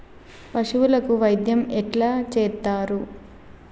పశువులకు వైద్యం ఎట్లా చేత్తరు?